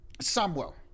Samuel